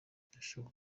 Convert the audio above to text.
birashoboka